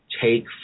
take